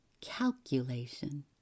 calculation